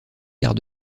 quarts